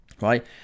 right